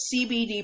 CBD